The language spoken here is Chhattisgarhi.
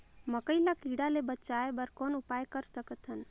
मकई ल कीड़ा ले बचाय बर कौन उपाय कर सकत हन?